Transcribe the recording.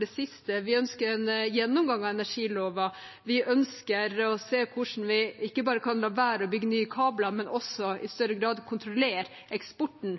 det siste. Vi ønsker en gjennomgang av energiloven. Vi ønsker å se hvordan vi ikke bare kan la være å bygge nye kabler, men også i større grad kontrollere eksporten,